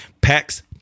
Packs